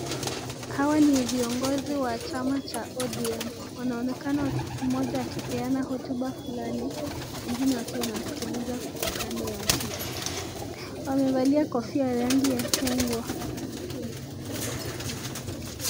Hawa ni viongozi wa chama cha ODM, wanaonekana mmoja akipeana hotuba fulani, wengine wakiwa wanamsikiliza kando yake. Wamevalia kofia ya rangi ya chungwa.